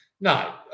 no